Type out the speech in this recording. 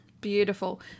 beautiful